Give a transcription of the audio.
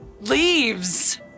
leaves